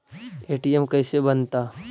ATM कैसे बनता?